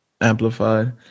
amplified